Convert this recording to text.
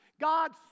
God's